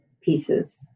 pieces